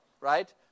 right